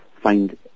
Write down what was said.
find